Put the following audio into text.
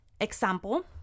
Example